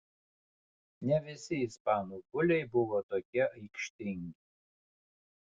ne visi ispanų buliai buvo tokie aikštingi